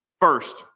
First